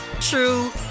true